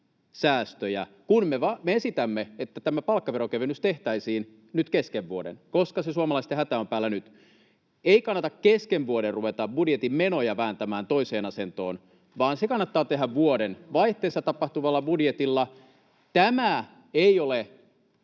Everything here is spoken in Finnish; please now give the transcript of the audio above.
säästöjä, kun me esitämme, että tämä palkkaveron kevennys tehtäisiin nyt kesken vuoden, koska se suomalaisten hätä on päällä nyt. Ei kannata kesken vuoden ruveta budjetin menoja vääntämään toiseen asentoon, vaan se kannattaa tehdä vuodenvaihteessa tapahtuvalla budjetilla. Tämä ei ole